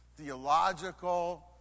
theological